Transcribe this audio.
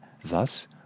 thus